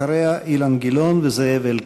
אחריה, אילן גילאון וזאב אלקין.